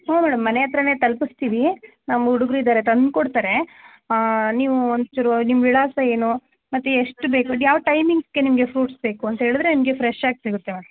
ಹ್ಞೂ ಮೇಡಮ್ ಮನೆ ಹತ್ರವೇ ತಲ್ಪುಸ್ತೀವಿ ನಮ್ಮ ಹುಡುಗ್ರು ಇದ್ದಾರೆ ತಂದುಕೊಡ್ತಾರೆ ನೀವು ಒಂಚೂರು ನಿಮ್ಮ ವಿಳಾಸ ಏನು ಮತ್ತು ಎಷ್ಟು ಬೇಕು ಯಾವ ಟೈಮಿಂಗ್ಸ್ ನಿಮಗೆ ಫ್ರೂಟ್ಸ್ ಬೇಕು ಅಂತ ಹೇಳಿದ್ರೆ ನಿಮಗೆ ಫ್ರೆಶ್ಶಾಗಿ ಸಿಗುತ್ತೆ ಮೇಡಮ್